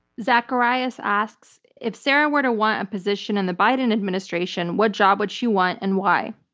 zacharias asks, if sarah were to want a position in the biden administration, what job would she want and why?